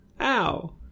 ow